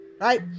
Right